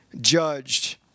judged